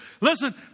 listen